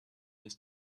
ist